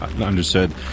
Understood